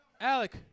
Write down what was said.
Alec